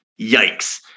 yikes